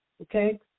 Okay